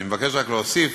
אני מבקש רק להוסיף